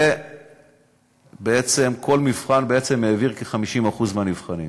ובכל מבחן עברו כ-50% מהנבחנים.